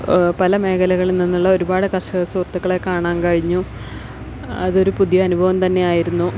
പല മേഖലകളിൽ നിന്നുള്ള ഒരുപാട് കര്ഷക സുഹൃത്തുക്കളെ കാണാൻ കഴിഞ്ഞു അതൊരു പുതിയ അനുഭവം തന്നെ ആയിരുന്നു